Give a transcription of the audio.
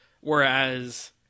Whereas